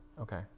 Okay